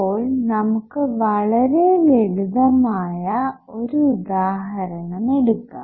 ഇപ്പോൾ നമുക്ക് വളരെ ലളിതമായ ഒരു ഉദാഹരണം എടുക്കാം